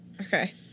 Okay